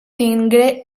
tingué